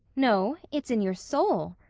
no, it's in your soul,